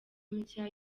nshya